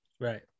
Right